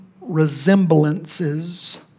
resemblances